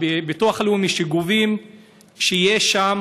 לביטוח הלאומי שגובים שתהיה שם,